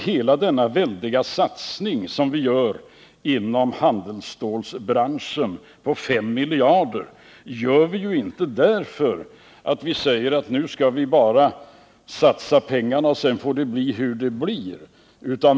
Hela den väldiga satsningen på 5 miljarder inom handelsstålsbranschen innebär inte att vi bara ger ut dessa pengar och att det sedan får bli som det blir.